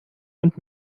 und